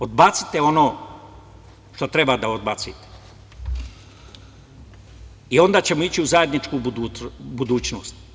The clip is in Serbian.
Odbacite ono što treba da odbacite i onda ćemo ići u zajedničku budućnosti.